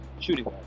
shooting